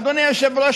אדוני היושב-ראש,